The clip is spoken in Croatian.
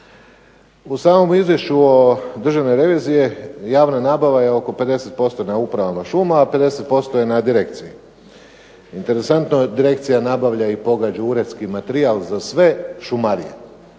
U samom izvješću o Državnoj reviziji javna nabava je oko 50% na upravama šuma, a 50% je na direkciji. Interesantno, direkcija nabavlja i pogađa uredski materijal za sve šumarije